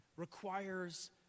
Requires